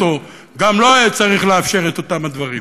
גם לו היה צריך לאפשר את אותם הדברים.